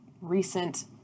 recent